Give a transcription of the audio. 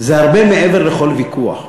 זה הרבה מעבר לכל ויכוח.